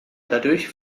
dadurch